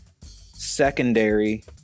secondary